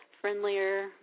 friendlier